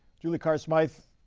julie carr smyth,